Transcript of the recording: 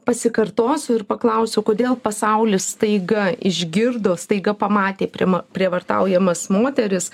pasikartosiu ir paklausiu kodėl pasaulis staiga išgirdo staiga pamatė prima prievartaujamas moteris